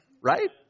Right